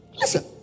Listen